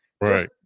Right